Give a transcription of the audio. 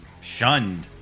shunned